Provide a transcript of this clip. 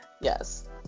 Yes